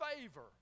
favor